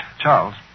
Charles